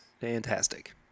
fantastic